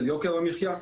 על יוקר המחייה.